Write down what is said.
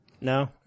No